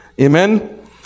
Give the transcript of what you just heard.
Amen